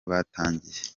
batangiye